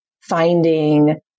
finding